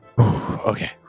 Okay